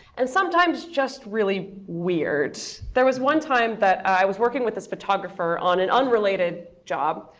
and sometimes just really weird. there was one time that i was working with this photographer on an unrelated job.